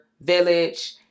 village